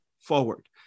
forward